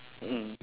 mm